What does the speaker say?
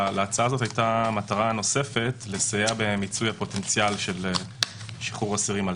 להצעה הזאת הייתה מטרה נוספת: לסייע במיצוי הפוטנציאל של שחרור אסירים על